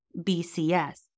BCS